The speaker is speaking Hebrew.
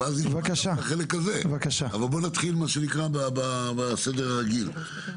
אבל נלך קודם בסדר הרגיל.